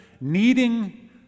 needing